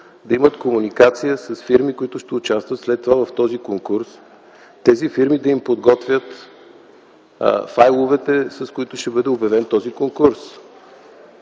да имат комуникация с фирми, които ще участват след това в този конкурс, тези фирми да им подготвят файловете, с които ще бъде обявен този конкурс?